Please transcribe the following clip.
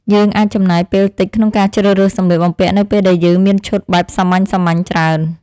យើងអាចចំណាយពេលតិចក្នុងការជ្រើសរើសសម្លៀកបំពាក់នៅពេលដែលយើងមានឈុតបែបសាមញ្ញៗច្រើន។